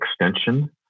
extension